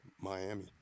Miami